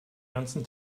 ganzen